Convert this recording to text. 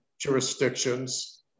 jurisdictions